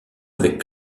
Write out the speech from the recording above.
avec